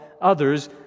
others